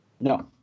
No